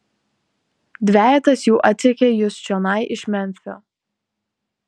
dvejetas jų atsekė jus čionai iš memfio